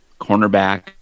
cornerback